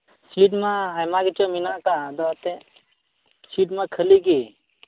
seat ᱢᱟ ᱟᱭᱢᱟ ᱜᱮᱛᱚ ᱢᱮᱱᱟᱜ ᱟᱠᱟᱫᱼᱟ ᱟᱫᱚ ᱮᱱᱛᱮᱫ ᱥᱤᱴ ᱢᱟ ᱠᱷᱟᱹᱞᱤ ᱜᱮ